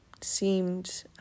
seemed